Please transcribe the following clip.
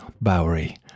Bowery